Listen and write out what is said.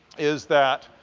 is that,